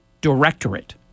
directorate